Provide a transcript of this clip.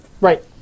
Right